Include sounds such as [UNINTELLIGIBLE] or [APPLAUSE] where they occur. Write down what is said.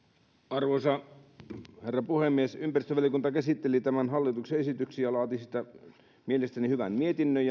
arvoisa herra puhemies ympäristövaliokunta käsitteli tämän hallituksen esityksen ja laati siitä mielestäni hyvän mietinnön [UNINTELLIGIBLE]